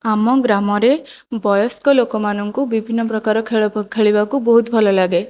ଆମ ଗ୍ରାମରେ ବୟସ୍କ ଲୋକମାନଙ୍କୁ ବିଭିନ୍ନ ପ୍ରକାର ଖେଳ ଖେଳିବାକୁ ବହୁତ ଭଲ ଲାଗେ